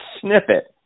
snippet